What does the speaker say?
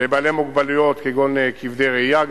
ולבעלי מוגבלויות כגון כבדי ראייה.